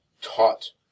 taught